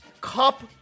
Cup